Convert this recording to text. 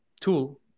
tool